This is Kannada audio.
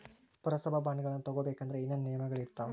ಪುರಸಭಾ ಬಾಂಡ್ಗಳನ್ನ ತಗೊಬೇಕಂದ್ರ ಏನೇನ ನಿಯಮಗಳಿರ್ತಾವ?